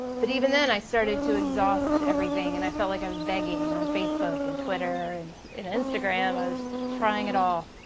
but even then i started to exhaust everything and i felt like i was begging on facebook and twitter and instagram, i was trying it all.